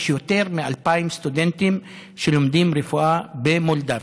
יש יותר מ-2,000 סטודנטים שלומדים רפואה במולדובה.